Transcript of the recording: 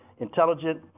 intelligent